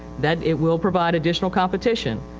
then it will provide additional competition.